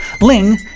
Ling